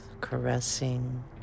caressing